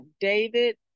David